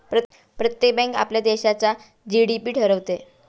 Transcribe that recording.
प्रत्येक बँक आपल्या देशाचा जी.डी.पी ठरवते